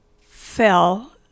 fell